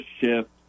shift